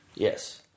Yes